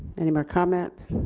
any more comments?